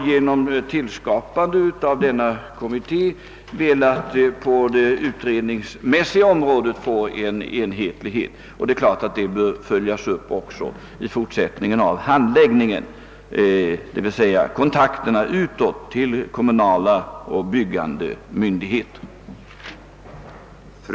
Genom skapandet av denna kommitté har vi på utredningsområdet velat åstadkomma enhetlighet och denna att kemiskt binda kvicksilver bör följas upp i fortsättningen av handläggningen, d.v.s. i kontakterna utåt med kommunala och byggande myndigheter.